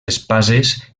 espases